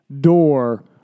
door